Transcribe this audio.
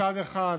מצד אחד,